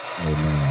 Amen